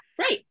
right